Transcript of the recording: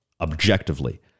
objectively